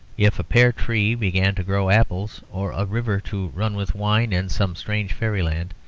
if a pear-tree began to grow apples or a river to run with wine in some strange fairyland,